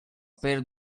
per